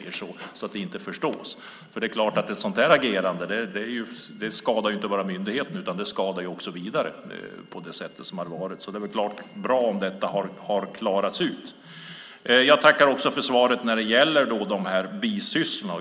Ett sådant agerande skadar inte bara myndigheten. Det är bra om detta har klarats ut. Jag tackar också för svaret i fråga om bisysslorna.